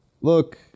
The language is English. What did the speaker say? Look